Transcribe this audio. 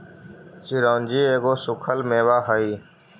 चिरौंजी एगो सूखल मेवा हई